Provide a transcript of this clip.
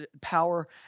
power